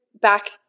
back